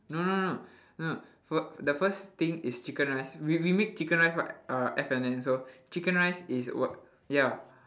no no no no for the first thing is chicken rice w~ we make chicken rice for uh F&N so chicken rice is what ya